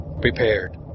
prepared